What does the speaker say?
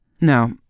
No